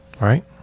right